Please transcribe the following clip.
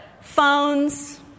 phones